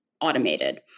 automated